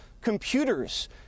computers